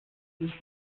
sich